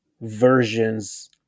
versions